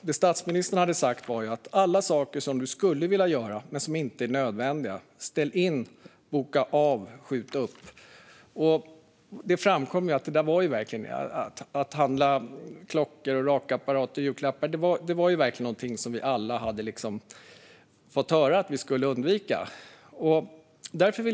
Det statsministern hade sagt var ju: Ställ in, boka av eller skjut upp alla saker som du skulle vilja göra men som inte är nödvändiga. Att handla klockor, rakapparat och julklappar var ju verkligen någonting som vi alla hade fått höra att vi skulle undvika.